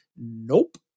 Nope